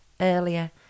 earlier